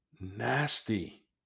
nasty